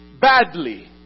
badly